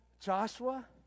Joshua